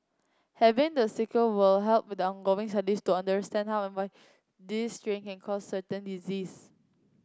having the sequence will help with ongoing studies to understand how and why this strain can cause disease